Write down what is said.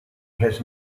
has